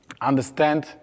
understand